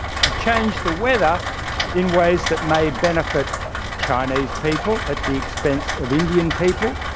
to change the weather in ways that may benefit chinese people at the expense of indian people,